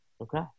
Okay